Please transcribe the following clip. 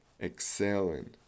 exhaling